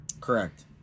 Correct